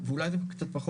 זו הדוגמה הכי הכי מזעזעת